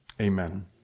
amen